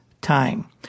time